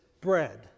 bread